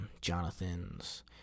Jonathans